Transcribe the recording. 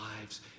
lives